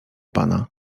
pana